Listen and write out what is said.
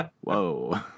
Whoa